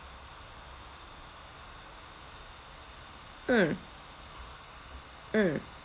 mm mm